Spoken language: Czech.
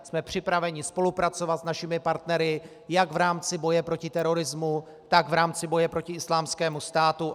Jsme připraveni spolupracovat s našimi partnery jak v rámci boje proti terorismu, tak v rámci boje proti Islámskému státu.